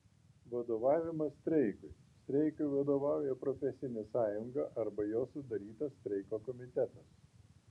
vadovavimas streikui streikui vadovauja profesinė sąjunga arba jos sudarytas streiko komitetas